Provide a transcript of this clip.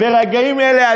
ברגעים אלה,